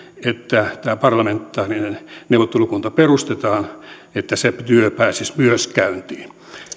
että tämä parlamentaarinen neuvottelukunta perustetaan niin se työ pääsisi myös käyntiin